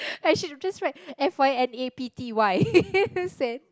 I should have just write F_Y_N_A_P_T_Y send